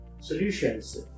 solutions